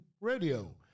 Radio